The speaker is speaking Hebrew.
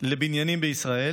לבניינים בישראל.